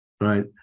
Right